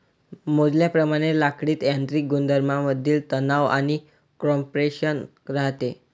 मोजल्याप्रमाणे लाकडीत यांत्रिक गुणधर्मांमधील तणाव आणि कॉम्प्रेशन राहते